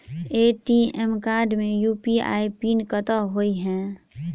ATM card मे UPI pin कतह होइ है?